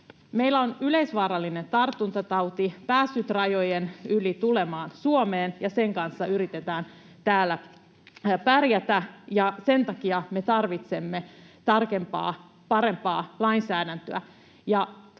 Meillä on yleisvaarallinen tartuntatauti päässyt rajojen yli tulemaan Suomeen, ja sen kanssa yritetään täällä pärjätä, ja sen takia me tarvitsemme tarkempaa, parempaa lainsäädäntöä.